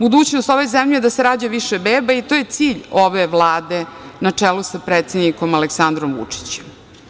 Budućnost ove zemlje je da se rađa više beba i to je cilj ove Vlade na čelu sa predsednikom Aleksandrom Vučićem.